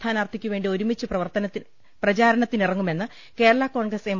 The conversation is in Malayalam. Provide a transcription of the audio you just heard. സ്ഥാനാർത്ഥിയ്ക്കുവേണ്ടി ഒരുമിച്ച് പ്രചാരണത്തിനിറങ്ങുമെന്ന് കേരള കോൺഗ്രസ് എം